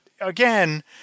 again –